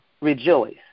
rejoice